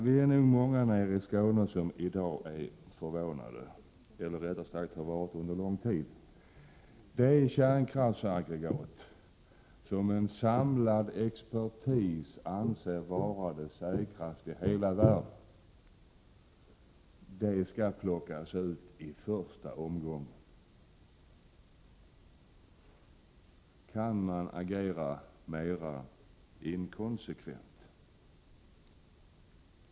Det är nog många i Skåne som under lång tid har förvånats över att det kärnkraftsaggregat som en samlad expertis anser vara det säkraste i hela världen skall tas ur drift i den första omgången. Kan man agera mer inkonsekvent?